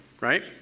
right